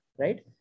Right